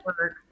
work